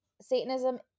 Satanism